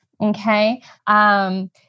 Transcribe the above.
Okay